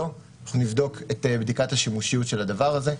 לא, אנחנו נבדוק את בדיקת השימושיות של הדבר הזה.